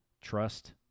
trust